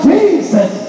Jesus